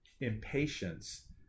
impatience